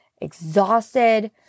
exhausted